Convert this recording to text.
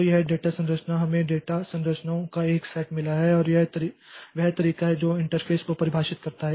तो यह डेटा संरचना हमें डेटा संरचनाओं का एक सेट मिला है और वह तरीका है जो इंटरफ़ेस को परिभाषित करता है